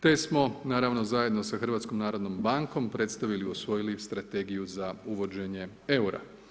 Te smo naravno zajedno sa HNB-om predstavili i usvojili Strategiju za uvođenje eura.